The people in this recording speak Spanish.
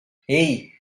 hey